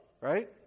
right